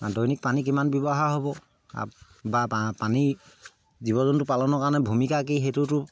দৈনিক পানী কিমান ব্যৱহাৰ হ'ব বা পানী জীৱ জন্তু পালনৰ কাৰণে ভূমিকা কি সেইটোতো